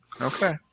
Okay